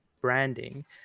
branding